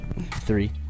Three